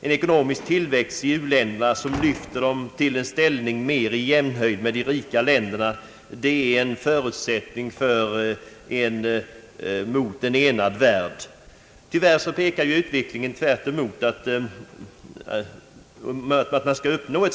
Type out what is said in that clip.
En ekonomisk tillväxt i u-länderna som lyfter dem till en ställning mer i jämnhöjd med de rika länderna är ett villkor för en enad värld. Tyvärr pekar ju utvecklingen tvärt emot att det målet skall uppnås.